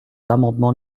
l’amendement